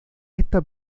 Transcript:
esta